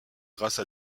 grâce